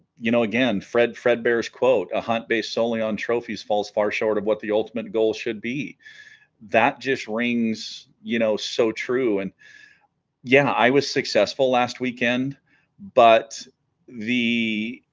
you know again fred fred bears quote a hunt based solely on trophies falls far short of what the ultimate goal should be that just rings you know so true and yeah i was successful last weekend but the